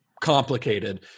complicated